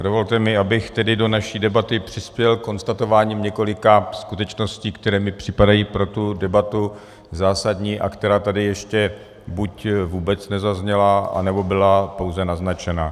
A dovolte mi, abych tedy do naší debaty přispěl konstatováním několika skutečností, které mi připadají pro tu debatu zásadní a které tady ještě buď vůbec nezazněly, anebo byly pouze naznačeny.